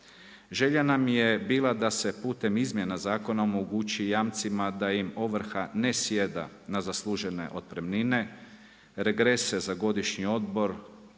Želja nam je bila da se putem izmjena zakona omogući jamcima da im ovrha ne sjeda na zaslužene otpremnine, regrese za godišnji odmor,